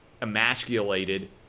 emasculated